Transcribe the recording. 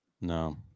No